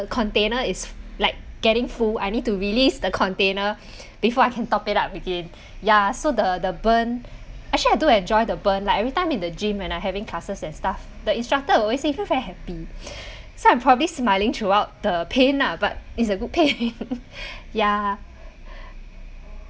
the container is f~ like getting full I need to release the container before I can top it up again ya so the the burn actually I do enjoy the burn like every time in the gym when I having classes and stuff the instructor always say feel very happy so I'm probably smiling throughout the pain ah but it's a good pain ya